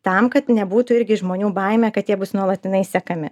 tam kad nebūtų irgi žmonių baimė kad jie bus nuolatinai sekami